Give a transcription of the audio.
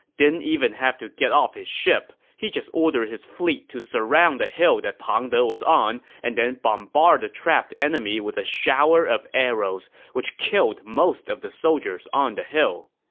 didn't even have to get off his ship. he just ordered his fleet to surround the hill that pang de was on and then bombard the trapped enemy with a shower of arrows, which killed most of the soldiers on the hill.